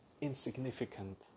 insignificant